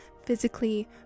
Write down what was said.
physically